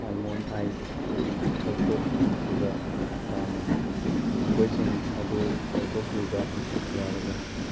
almond ice cream ꯂꯧꯊꯣꯛꯈꯤꯕ ꯄꯥꯝꯃꯤ ꯃꯈꯣꯏꯁꯤꯡ ꯑꯗꯨ ꯂꯧꯛꯊꯣꯛꯄꯤꯕ ꯌꯥꯒꯗ꯭ꯔꯥ